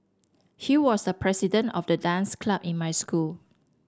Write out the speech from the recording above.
he was the president of the dance club in my school